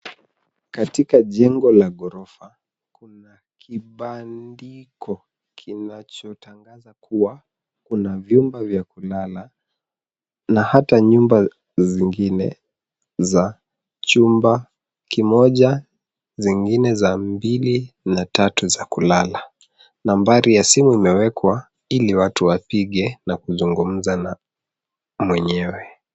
Katika jengo la ghorofa kuna kibandiko kinachotangaza kuwa kuna vyumba vya kulala na hata nyumba zingine za chumba kimoja, zingine za mbili na tatu za kulala. Nambari ya simu imewekwa ili watu wapige na kuzungumza na mwenyewe.